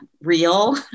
real